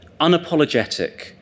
unapologetic